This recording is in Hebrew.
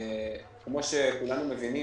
כמו שכולנו מבינים,